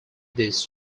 this